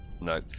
No